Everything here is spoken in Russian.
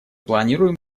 планируем